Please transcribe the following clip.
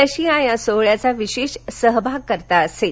Russia या सोहळ्याचा विशेष सहभागकर्ता असेल